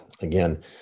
Again